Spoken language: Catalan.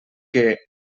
que